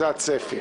זה הצפי.